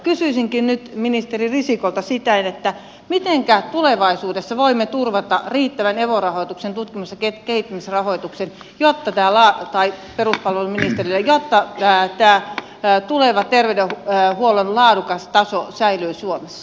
kysyisinkin nyt ministeri risikolta tai peruspalveluministeriltä sitä mitenkä tulevaisuudessa voimme turvata riittävän evo rahoituksen tutkimus ja kehittämisrahoituksen jotta täällä vaikken uskollinen työjuhta näyttää ja tämä tuleva terveydenhuollon laadukas taso säilyy suomessa